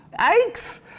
Yikes